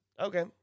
Okay